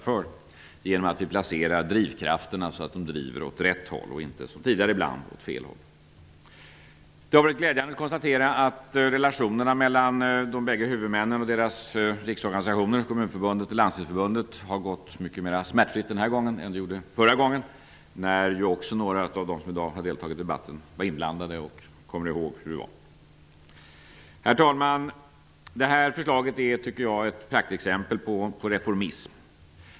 Härigenom kan man placera drivkrafterna så, att de verkar åt rätt håll och inte, som tidigare ibland var fallet, åt fel håll. Det har varit glädjande att konstatera att relationerna mellan de bägge huvudmännen och deras riksorganisationer, Kommunförbundet och Landstingsförbundet, har varit mera smärtfria denna gång än förra gången. Några av de som i dag har deltagit i debatten var inblandade även då och kommer ihåg hur det var. Herr talman! Jag tycker att det här förslaget är ett praktexempel på reformism.